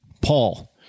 Paul